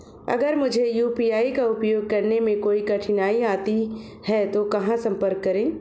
अगर मुझे यू.पी.आई का उपयोग करने में कोई कठिनाई आती है तो कहां संपर्क करें?